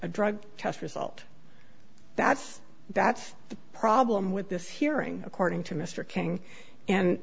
a drug test result that's that's the problem with this hearing according to mr king and